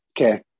okay